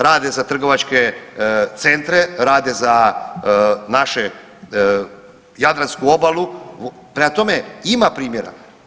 Rade za trgovačke centre, rade za našu jadransku obalu, prema tome ima primjera.